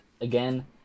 again